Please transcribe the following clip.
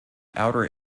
outer